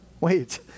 Wait